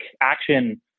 action